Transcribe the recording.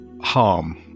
harm